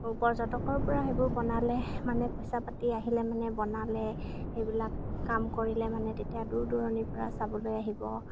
পৰ্যটকৰ পৰা সেইবোৰ বনালে মানে পইচা পাতি আহিলে মানে বনালে সেইবিলাক কাম কৰিলে মানে তেতিয়া দূৰ দূৰণিৰ পৰা চাবলৈ আহিব